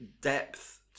depth